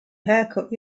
haircut